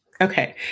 Okay